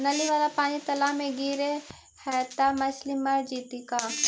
नली वाला पानी तालाव मे गिरे है त मछली मर जितै का?